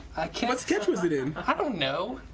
what skit. i don't know.